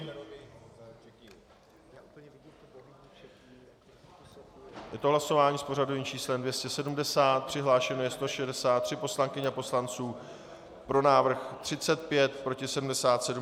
Je to hlasování s pořadovým číslem 270, přihlášeno je 163 poslankyň a poslanců, pro návrh 35, proti 77.